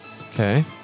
Okay